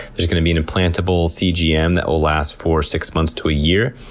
there's going to be an implantable cgm that will last for six months to a year,